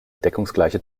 deckungsgleiche